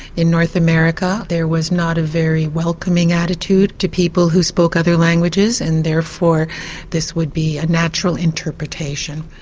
in north america there was not a very welcoming attitude to people who spoke other languages, and therefore this would be a natural interpretation.